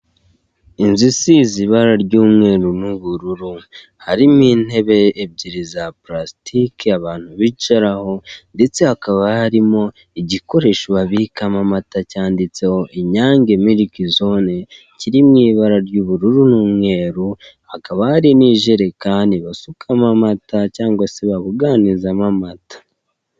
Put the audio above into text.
Inzu isize ibara ry'umweru n'ubururu, harimo intebe ebyiri za parasitike abantu bicaraho, ndetse hakaba harimo igikoresho babikamo amata cyanditseho inyange miriki zone, kirimo ibara ry'ubururu n'umweru, hakaba hari ijerekani basukamo amata cyangwa se babuganizamo amata.